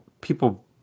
people